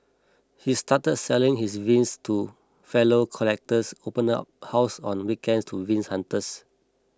he started selling his vinyls to fellow collectors open up house on weekends to vinyl hunters